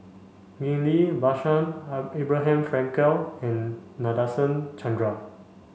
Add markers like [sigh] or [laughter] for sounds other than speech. Ghillie Basan [unintelligible] Abraham Frankel and Nadasen Chandra